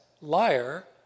liar